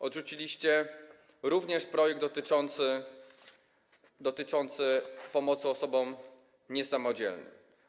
Odrzuciliście również projekt dotyczący pomocy osobom niesamodzielnym.